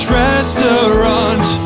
restaurant